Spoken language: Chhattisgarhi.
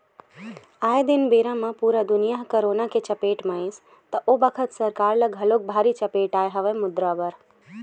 आये दिन बेरा म पुरा दुनिया ह करोना के चपेट म आइस त ओ बखत सरकार ल घलोक भारी चपेट आय हवय मुद्रा बर